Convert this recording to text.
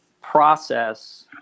process